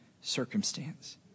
circumstance